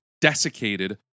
desiccated